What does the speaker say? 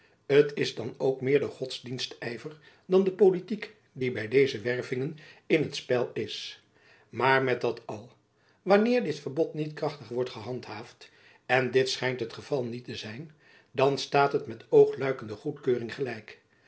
t is dan ook meer de godsdienstyver dan de politiek die by deze wervingen in t spel is maar met dat al wanneer dit verbod niet krachtig wordt gehandhaafd en dit schijnt het geval niet te zijn dan staat het met oogluikende goedkeuring gelijk